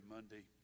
Monday